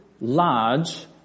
large